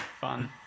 Fun